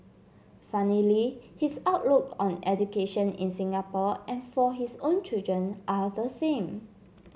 funnily his outlook on education in Singapore and for his own children are the same